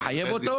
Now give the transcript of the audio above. יחייב אותו?